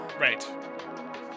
Right